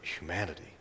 humanity